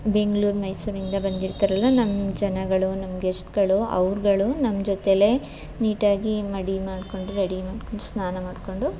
ಬೆಂಗ್ಳೂರು ಮೈಸೂರಿಂದ ಬಂದಿರ್ತಾರಲ್ಲ ನಮ್ಮ ಜನಗಳು ನಮ್ಮ ಗೆಸ್ಟ್ಗಳು ಅವ್ರುಗಳು ನಮ್ಮ ಜೊತೆಲೇ ನೀಟಾಗಿ ಮಡಿ ಮಾಡಿಕೊಂಡು ರೆಡಿ ಮಾಡಿಕೊಂಡು ಸ್ನಾನ ಮಾಡಿಕೊಂಡು